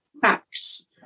facts